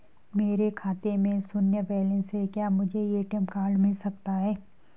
मेरे खाते में शून्य बैलेंस है क्या मुझे ए.टी.एम कार्ड मिल सकता है?